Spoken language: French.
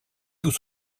tout